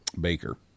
Baker